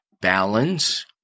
Balance